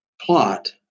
plot